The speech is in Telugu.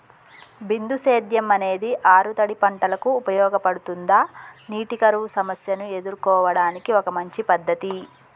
బిందు సేద్యం అనేది ఆరుతడి పంటలకు ఉపయోగపడుతుందా నీటి కరువు సమస్యను ఎదుర్కోవడానికి ఒక మంచి పద్ధతి?